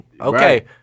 Okay